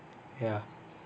ya